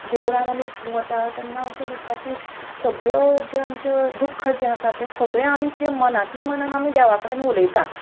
देवळान आमी वता तेन्ना अशें दिसता की सगळ्यो ज्यो आमच्यो दूख जें आसा तें सगळें आमी कितें मनांतले मनांत आमी देवा कडेन उलयता